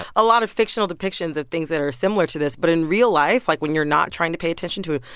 a lot of fictional depictions of things that are similar to this. but in real life like, when you're not trying to pay attention to,